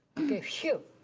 okay, whew.